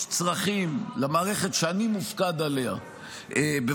יש למערכת שאני מופקד עליה צרכים,